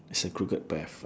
it's a crooked path